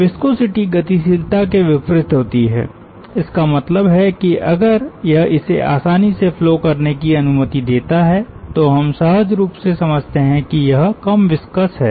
viscosity गतिशीलता के विपरीत होती है इसका मतलब है कि अगर यह इसे आसानी से फ्लो करने की अनुमति देता है तो हम सहज रूप से समझते हैं कि यह कम विस्कस है